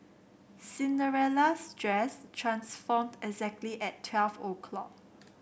Cinderella's dress transformed exactly at twelve o'clock